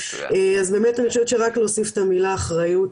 אז אני ושבת שאני רק אוסיף את המילה אחריות,